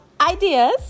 ideas